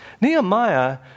Nehemiah